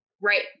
Right